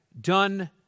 done